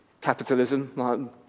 capitalism